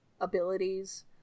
abilities—